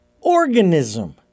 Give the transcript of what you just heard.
organism